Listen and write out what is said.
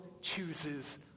chooses